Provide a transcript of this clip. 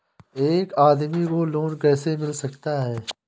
एक आदमी को लोन कैसे मिल सकता है?